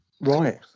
Right